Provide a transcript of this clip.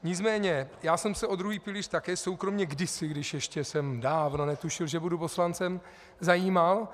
Nicméně já jsem se o druhý pilíř také soukromě kdysi, když ještě jsem dávno netušil, že budu poslancem, zajímal.